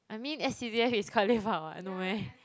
I mean s_c_d_f is quite lepak [what] no meh